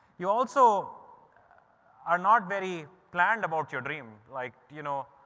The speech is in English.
you also are not very planned about your dream, like, you know,